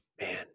man